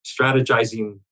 strategizing